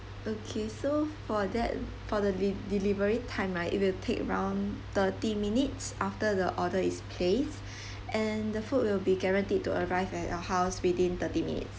okay so for that for the de~ delivery time right it will take around thirty minutes after the order is placed and the food will be guaranteed to arrive at your house within thirty minutes